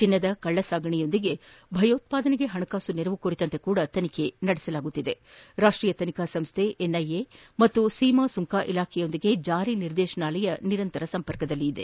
ಚಿನ್ನದ ಕಳ್ಳಸಾಗಣೆ ಜತೆಗೆ ಭಯೋತ್ವಾದನೆಗೆ ಹಣಕಾಸು ನೆರವು ಕುರಿತಂತೆ ಸಹ ತನಿಖೆ ನಡೆಸಲಾಗುತ್ತಿದ್ದು ರಾಷ್ಟೀಯ ತನಿಖಾ ಸಂಸ್ಥೆ ಎನ್ಐಎ ಹಾಗೂ ಸೀಮಾಸುಂಕ ಇಲಾಖೆಯೊಂದಿಗೆ ಜಾರಿ ನಿರ್ದೇಶನಾಲಯ ನಿರಂತರ ಸಂಪರ್ಕದಲ್ಲಿದೆ